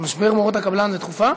משבר מורות הקבלן זו הצעה דחופה?